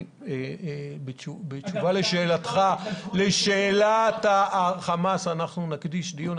בתשובה לשאלת החמאס נקדיש דיון.